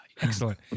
excellent